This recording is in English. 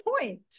point